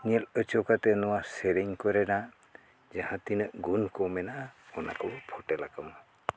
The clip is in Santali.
ᱧᱮᱞ ᱦᱚᱪᱚ ᱠᱟᱛᱮ ᱱᱚᱣᱟ ᱥᱮᱨᱮᱧ ᱠᱚᱨᱮᱱᱟᱜ ᱡᱟᱦᱟᱸ ᱛᱤᱱᱟᱹᱜ ᱜᱩᱱ ᱠᱚ ᱢᱮᱱᱟᱜᱼᱟ ᱚᱱᱟᱠᱚ ᱯᱷᱳᱴᱮᱞᱟᱠᱚᱢᱟ